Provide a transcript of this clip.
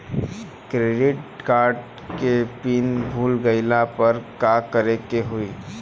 Credit card के PIN भूल गईला पर का करे के होई?